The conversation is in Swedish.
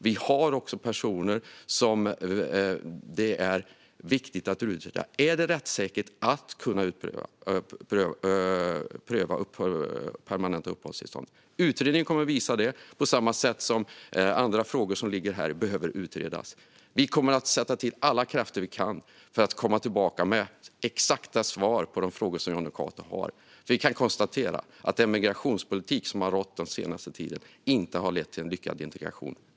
Vi har också personer som det är viktigt att utreda. Är det rättssäkert att kunna pröva permanenta uppehållstillstånd? Utredningen kommer att visa det. På samma sätt behöver andra frågor som ligger här utredas. Vi kommer att sätta till alla krafter vi kan för att komma tillbaka med exakta svar på de frågor som Jonny Cato har, för vi kan konstatera att den migrationspolitik som rått den senaste tiden inte har lett till en lyckad integration.